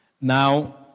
Now